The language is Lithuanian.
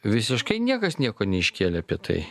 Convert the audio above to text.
visiškai niekas nieko neiškėlė apie tai